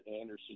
Anderson